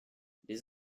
les